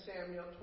Samuel